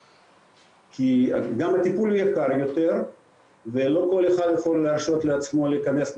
גם כי הטיפול יקר יותר ולא כל אחד יכול לעשות לעצמו להיכנס,